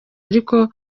ariko